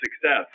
success